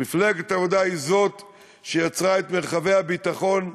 מפלגת העבודה היא שיצרה את מרחבי הביטחון,